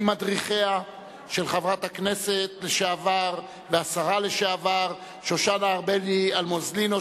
ממדריכיה של חברת הכנסת לשעבר והשרה לשעבר שושנה ארבלי-אלמוזלינו,